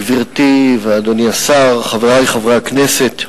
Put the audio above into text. תודה, גברתי ואדוני השר, חברי חברי הכנסת,